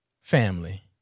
family